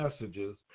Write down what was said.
messages